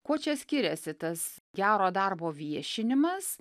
kuo čia skiriasi tas gero darbo viešinimas